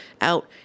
out